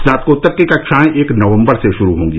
स्नातकोत्तर की कक्षाएं एक नवम्बर से शुरू होंगी